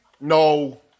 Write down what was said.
No